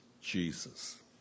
Jesus